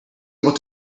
able